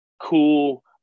cool